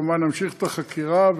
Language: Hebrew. כמובן נמשיך בחקירה,